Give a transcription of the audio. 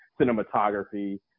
cinematography